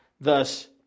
thus